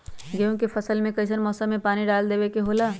गेहूं के फसल में कइसन मौसम में पानी डालें देबे के होला?